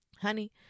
Honey